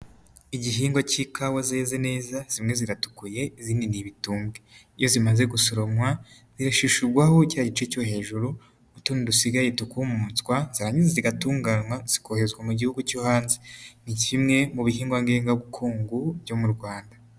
Igihingwa k'ikawa zeze neza zimwe ziratukuye izindi n'ibitumbwe, iyo zimaze gusoromwa zishishurwaho cya gice cyo hejuru utundi dusigaye tukumutswa zarangiza zigatunganywa zikoherezwa mu gihugu cyo hanze, ni kimwe mu bihingwa ngengabukungu byo mu Rwanda.